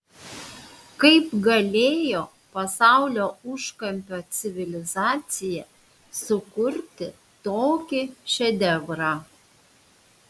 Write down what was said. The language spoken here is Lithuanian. kaip galėjo pasaulio užkampio civilizacija sukurti tokį šedevrą